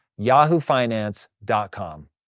yahoofinance.com